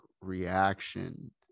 reaction